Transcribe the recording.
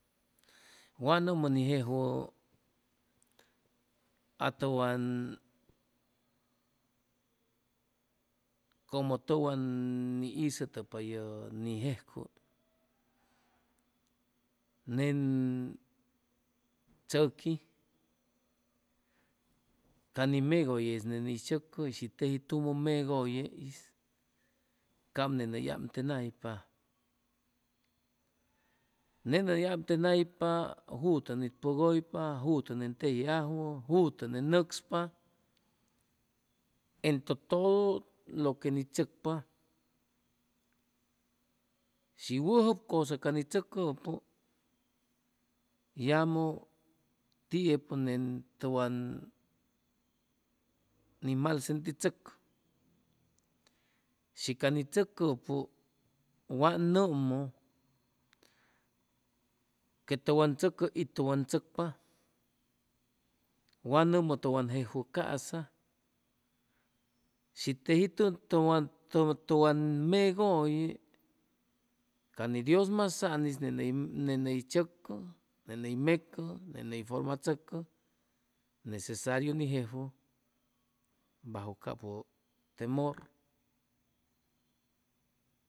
Wa nʉmʉ ni jejwʉ a tʉwan como tʉwan ni isʉtʉpa yʉ ni jeycuy nen tzʉqui, ca ni megʉye'is ne ni tzʉcʉ shi teji tumʉ megʉye'is cap ney ni amtenaypa nen hʉy amtenaypa jutʉ ni pʉgʉypa jutʉ nen tejiajwʉ jutʉ nen nʉcspa entʉ todo lo que ni tzʉcpa shi wʉjʉp cʉsa ca ni tzʉcʉpʉ yamʉ tiepʉ nen tʉwan ni mal sentichʉcʉ shi ca ni tzʉcʉpʉ wa nʉmʉ que tʉwan tzʉcʉ y tʉwan tzʉcpa wa nʉmʉ tʉwan jejwʉ ca'sa shi teji tʉwan tʉwan megʉye ca ni dios masan'is ne ney tzʉcʉ ne ney mecʉ, ne ney formachʉcʉ necesariu ni jejwʉ bajo capʉ temor